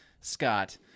Scott